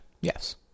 Yes